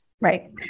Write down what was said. Right